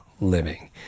living